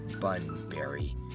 Bunbury